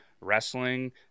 Wrestling